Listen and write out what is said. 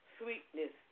sweetness